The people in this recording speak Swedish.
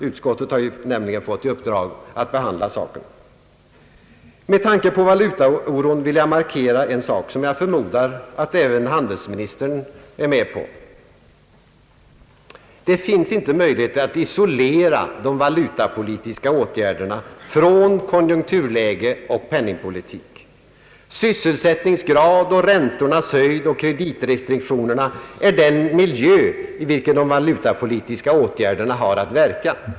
Utskottet har nämligen fått i uppdrag att behandla saken. Med tanke på valutaoron vill jag markera en sak som jag förmodar att även handelsministern är med på. Det finns inga möjligheter att isolera de valutapolitiska åtgärderna från konjunkturläge och penningpolitik. Sysselsättningsgrad, räntornas höjd och kreditrestriktioner är den miljö i vilken de valutapolitiska åtgärderna har att verka.